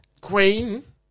Queen